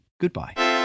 goodbye